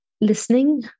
listening